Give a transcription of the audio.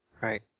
Right